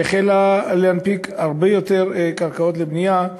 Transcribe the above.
שהחלה להוציא הרבה יותר קרקעות לבנייה,